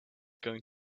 going